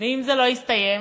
ואם זה לא יסתיים?